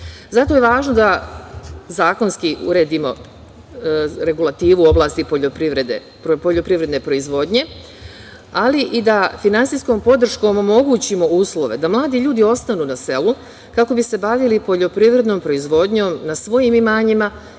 Zato je važno da zakonski uredimo regulativu u oblasti poljoprivredne proizvodnje, ali i da finansijskom podrškom omogućimo uslove da mladi ljudi ostanu na selu kako bi se bavili poljoprivrednom proizvodnjom na svojim imanjima